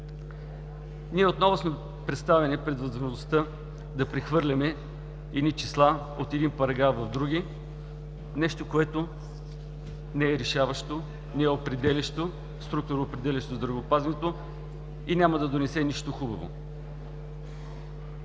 Ние отново сме представени пред невъзможността да прехвърляме числа от едни параграфи в други – нещо, което не е решаващо, не е структуроопределящо в здравеопазването и няма да донесе нищо хубаво.